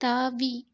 தாவி